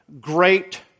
great